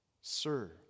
Sir